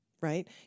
right